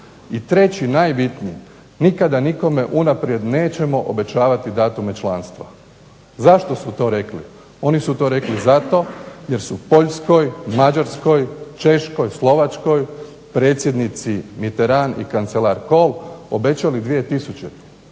I treći, najbitniji, nikada nikome unaprijed nećemo obećavati datume članstva. Zašto su to rekli, oni su to rekli zato jer su Poljskoj, Mađarskoj, Češkoj, Slovačkoj, predsjednici Mitterand i kancelar Kohl obećali 2000.